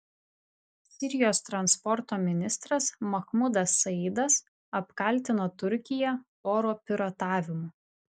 sirijos transporto ministras mahmudas saidas apkaltino turkiją oro piratavimu